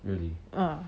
ah